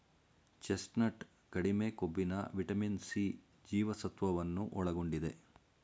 chestnut ಕಡಿಮೆ ಕೊಬ್ಬಿನ vitamin C ಜೀವಸತ್ವವನ್ನು ಒಳಗೊಂಡಿದೆ